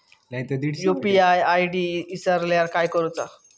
UPI ID इसरल्यास काय करुचा?